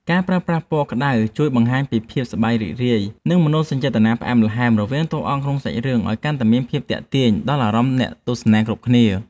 ការប្រើប្រាស់ពណ៌ក្ដៅជួយបង្ហាញពីភាពសប្បាយរីករាយ និង មនោសញ្ចេតនាផ្អែមល្ហែមរវាងតួអង្គក្នុងសាច់រឿងឱ្យកាន់តែមានភាពទាក់ទាញដល់អារម្មណ៍អ្នកទស្សនាគ្រប់គ្នា។